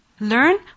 Learn